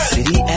City